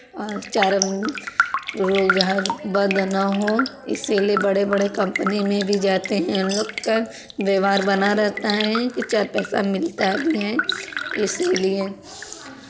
और चार रोज़गार बंद ना हो इसीलिये बड़े बड़े कंपनी में भी जाते हैं हम लोग क्या व्यवहार बना रहता है की चार पैसा मिलता भी हैं इसीलिये